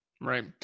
right